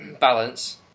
balance